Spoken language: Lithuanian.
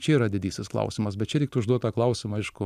čia yra didysis klausimas bet čia reiktų užduot tą klausimą aišku